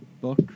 book